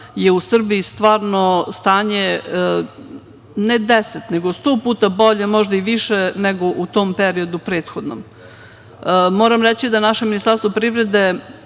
je u Srbiji stvarno stanje ne deset, nego 100% puta bolje, možda i više nego u tom prethodnom periodu. Moram reći da naše Ministarstvo privrede